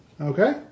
Okay